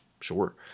sure